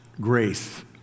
grace